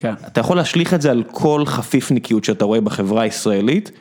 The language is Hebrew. כן. אתה יכול להשליך את זה על כל חפיפניקיות שאתה רואה בחברה הישראלית.